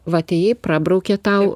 va atėjai prabraukė tau